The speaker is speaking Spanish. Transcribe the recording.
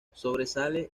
sobresale